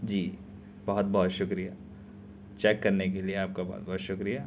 جی بہت بہت شکریہ چیک کرنے کے لیے آپ کا بہت بہت شکریہ